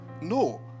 no